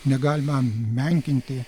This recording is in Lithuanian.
negalima menkinti